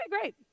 great